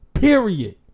Period